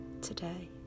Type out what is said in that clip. today